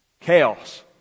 Chaos